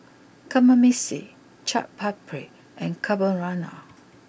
Kamameshi Chaat Papri and Carbonara